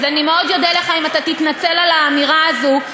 אז אני מאוד אודה לך אם אתה תתנצל על האמירה הזאת,